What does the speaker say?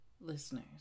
listeners